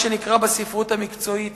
מה שנקרא בספרות המקצועית